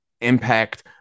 impact